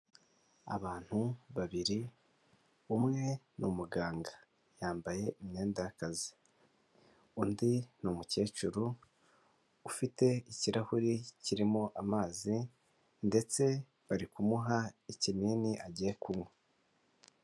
Abantu babiri, umwe ni umuganga yambaye imyenda y'akazi undi ni umukecuru ufite ikirahuri kirimo amazi ndetse bari kumuha ikinini agiye kunywa.